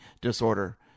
disorder